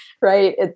Right